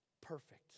perfect